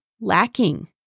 lacking